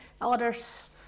Others